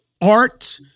art